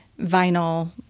vinyl